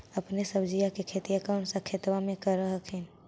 अपने सब्जिया के खेतिया कौन सा खेतबा मे कर हखिन?